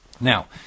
Now